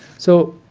so